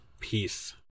Peace